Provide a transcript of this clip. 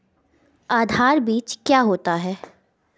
आधार बीज क्या होता है?